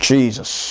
Jesus